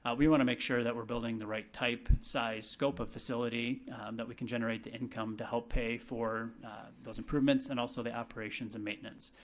ah we wanna make sure that we're building the right type, size, scope of facility that we can generate the income to help pay for those improvements and also the operations and maintenance.